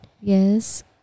Yes